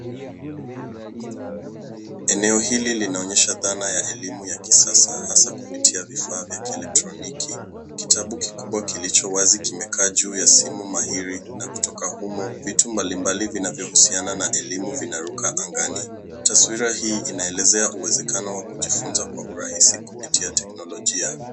Eneo hili linaonyesha dhana ya elimu ya kisasa hasa kupitia vifaa vya kielektroniki. Kitabu kikubwa kilicho wazi kimekaa juu ya simu mahiri na kutoka humo vitu mbalimbali vinavyohusiana na elimu vinaruka angani. Taswira hii inaelezea uwezekano wa kujifunza kwa urahisi kupitia teknolojia.